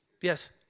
Yes